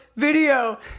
video